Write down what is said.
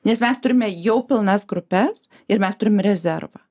nes mes turime jau pilnas grupes ir mes turim rezervą